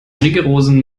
rigorosen